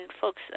folks